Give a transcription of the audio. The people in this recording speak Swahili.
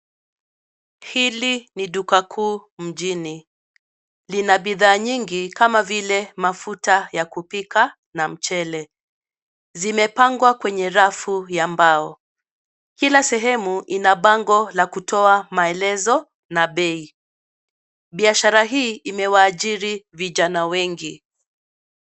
Hili ni duka kuu mjini. Lina bidhaa nyingi kama vile mafuta ya kupika na mchele, zimepangwa kwenye rafu ya mbao. Kila sehemu ina bango la kutoa maelezo na bei. Biashara hii imewaajiri vijana wengi.